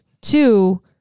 Two